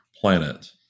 planet